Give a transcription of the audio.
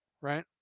right